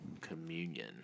communion